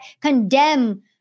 condemn